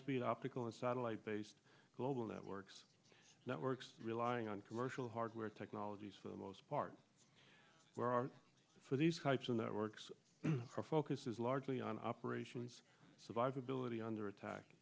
speed optical and satellite based global networks networks relying on commercial hardware technologies for the most part where our for these types of networks are focuses largely on operations survivability under attack